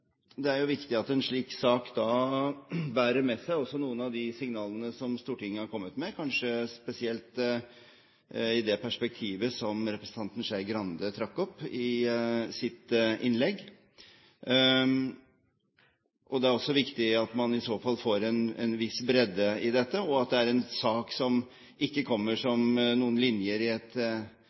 Det er jo viktig at en slik sak bærer med seg også noen av de signalene som Stortinget har kommet med, kanskje spesielt i det perspektivet som representanten Skei Grande trakk opp i sitt innlegg. Det er også viktig at man i så fall får en viss bredde i dette, og at det er en sak som ikke kommer som noen linjer i et